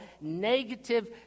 negative